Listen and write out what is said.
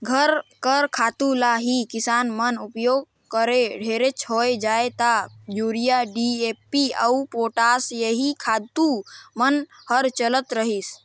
घर कर खातू ल ही किसान मन उपियोग करें ढेरेच होए जाए ता यूरिया, डी.ए.पी अउ पोटास एही खातू मन हर चलत रहिस